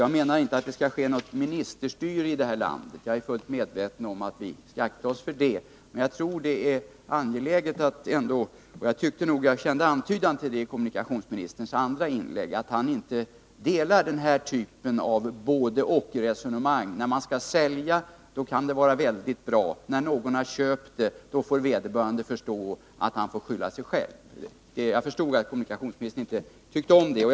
Jag är fullt medveten om att vi bör akta oss för ministerstyrelse i det här landet, men jag tror att det är angeläget att inte ansluta sig till resonemang av typen både-och, en uppfattning som jag också tyckte att kommunikationsministern antydde i sitt andra inlägg. Alltså: När man skall sälja kan det vara väldigt bra, men när någon köper måste han förstå att han får skylla sig själv. Jag förstod att kommunikationsministern inte tyckte om det synsättet.